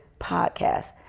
Podcast